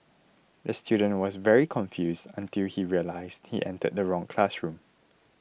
the student was very confused until he realised he entered the wrong classroom